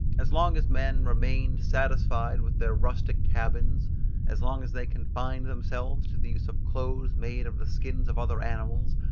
as long as men remained satisfied with their rustic cabins as long as they confined themselves to the use of clothes made of the skins of other animals,